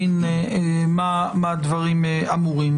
להבין מה הדברים האמורים.